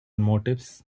motifs